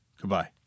Goodbye